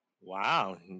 wow